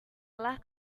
lelah